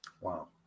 Wow